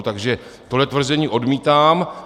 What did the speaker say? Takže tohle tvrzení odmítám.